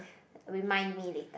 remind me later